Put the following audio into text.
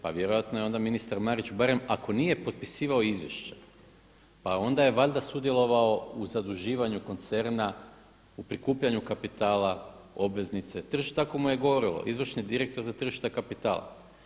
Pa vjerojatno je onda ministar Marić barem ako nije potpisivao izvješća pa onda je valjda sudjelovao u zaduživanju koncerna, u prikupljanju kapitala, obveznice, tako mu je …, izvršni direktor za tržište kapitala.